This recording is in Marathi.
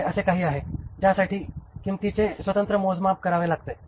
हे असे काही आहे ज्यासाठी किंमतीचे स्वतंत्र मोजमाप करावे लागते